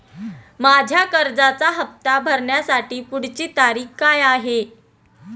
माझ्या कर्जाचा हफ्ता भरण्याची पुढची तारीख काय आहे?